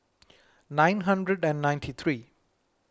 nine hundred and ninety three